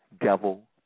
devil